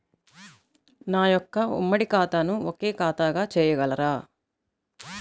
నా యొక్క ఉమ్మడి ఖాతాను ఒకే ఖాతాగా చేయగలరా?